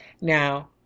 Now